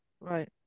right